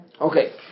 Okay